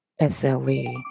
SLE